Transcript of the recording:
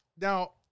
Now